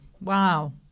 Wow